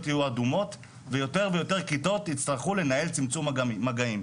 יהיו אדומות יותר ויותר כיתות יצטרכו לנהל צמצום מגעים.